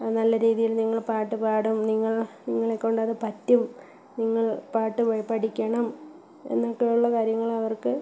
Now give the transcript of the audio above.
നല്ല രീതിയിൽ നിങ്ങൾ പാട്ട് പാടും നിങ്ങൾ നിങ്ങളെ കൊണ്ടത് പറ്റും നിങ്ങൾ പാട്ട് പഠിക്കണം എന്നൊക്കെ ഉള്ള കാര്യങ്ങളവർക്ക്